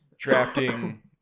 drafting